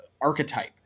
archetype